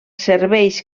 serveis